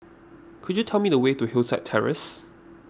could you tell me the way to Hillside Terrace